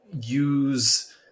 use